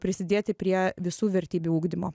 prisidėti prie visų vertybių ugdymo